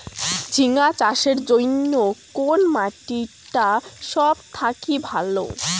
ঝিঙ্গা চাষের জইন্যে কুন মাটি টা সব থাকি ভালো?